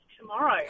tomorrow